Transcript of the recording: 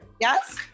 Yes